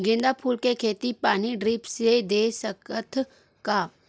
गेंदा फूल के खेती पानी ड्रिप से दे सकथ का?